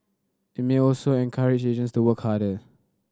it may also encourage agents to work harder